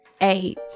eight